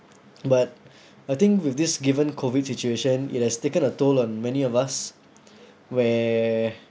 but I think with this given COVID situation it has taken a toll on many of us where